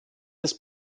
des